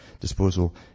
disposal